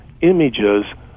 images